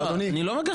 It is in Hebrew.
לא, אני לא מגחך.